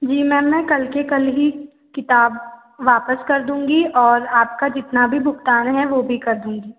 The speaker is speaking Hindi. जी मैम मैं कल के कल ही किताब वापस कर दूँगी और आपका जितना भी भुगतान है वो भी कर दूँगी